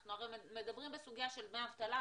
אנחנו הרי מדברים בסוגיה של דמי אבטלה,